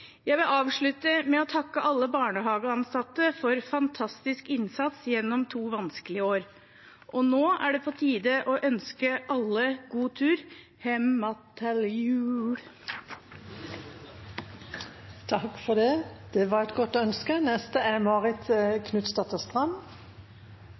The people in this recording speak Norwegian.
Jeg vil avslutte med å takke alle barnehageansatte for fantastisk innsats gjennom to vanskelige år. Nå er det på tide å ønske alle god tur «hem’att tel jul». Det var et godt ønske.